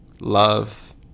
love